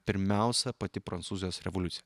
pirmiausia pati prancūzijos revoliucija